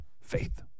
Faith